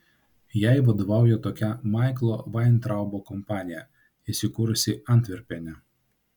jai vadovauja tokia maiklo vaintraubo kompanija įsikūrusi antverpene